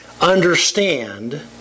understand